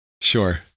Sure